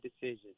decision